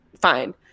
fine